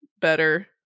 better